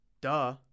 Duh